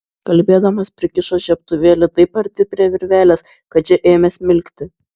kalbėdamas prikišo žiebtuvėlį taip arti prie virvelės kad ši ėmė smilkti